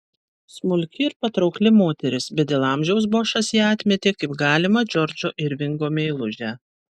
smulki ir patraukli moteris bet dėl amžiaus bošas ją atmetė kaip galimą džordžo irvingo meilužę